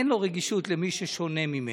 אין לו רגישות למי ששונה ממנו.